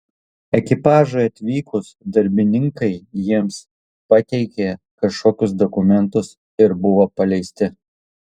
ekipažui atvykus darbininkai jiems pateikė kažkokius dokumentus ir buvo paleisti